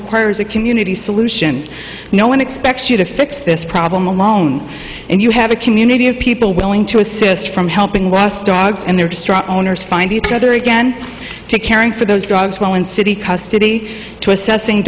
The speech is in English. requires a community solution no one expects you to fix this problem alone and you have a community of people willing to assist from helping west dogs and their distraught owners find each other again to caring for those drugs while in city custody to assessing